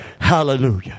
Hallelujah